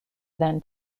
then